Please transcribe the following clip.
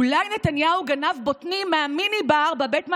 אולי נתניהו גנב בוטנים מהמיני בר בבית מלון.